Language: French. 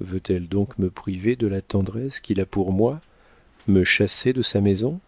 veut-elle donc me priver de la tendresse qu'il a pour moi me chasser de sa maison